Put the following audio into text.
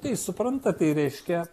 tai supranta tai reiškia